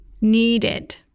needed